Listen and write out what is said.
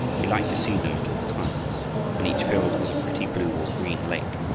he liked to see them at all times when each field was a pretty blue or green lake,